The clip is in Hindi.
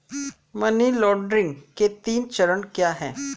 मनी लॉन्ड्रिंग के तीन चरण क्या हैं?